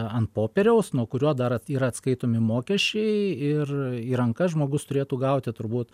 ant popieriaus nuo kurio dar yra atskaitomi mokesčiai ir į rankas žmogus turėtų gauti turbūt